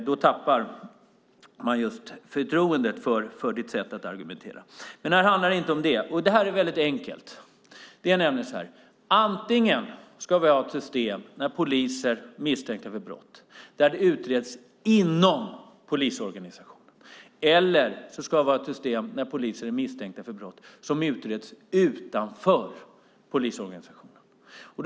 Då tappar man förtroendet för ditt sätt att argumentera. Men det här handlar inte om det. Det är väldigt enkelt: Antingen ska vi ha ett system där brott som poliser är misstänkta för utreds inom polisorganisationen, eller så ska vi ha ett system där brott som poliser är misstänkta för utreds utanför polisorganisationen.